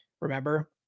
Remember